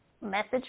message